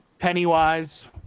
Pennywise